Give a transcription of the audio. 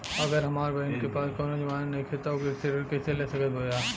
अगर हमार बहिन के पास कउनों जमानत नइखें त उ कृषि ऋण कइसे ले सकत बिया?